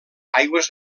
aigües